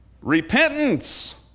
Repentance